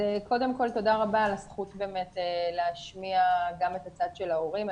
קודם כל תודה רבה על הזכות להשמיע גם את הצד של ההורים.